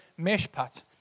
meshpat